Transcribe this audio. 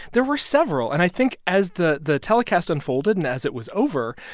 there were several. and i think as the the telecast unfolded and as it was over,